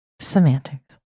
Semantics